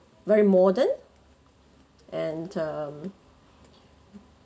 very modern and um